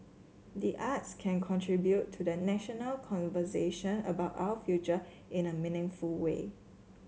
the arts can contribute to the national conversation about our future in a meaningful way